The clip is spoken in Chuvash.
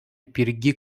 пирки